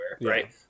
right